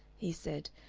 he said,